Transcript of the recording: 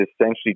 essentially